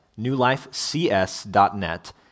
newlifecs.net